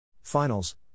Finals